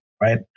Right